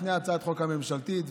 לפני הצעת החוק הממשלתית,